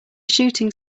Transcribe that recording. shooting